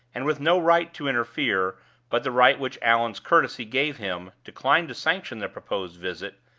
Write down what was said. and with no right to interfere but the right which allan's courtesy gave him, declined to sanction the proposed visit,